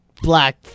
black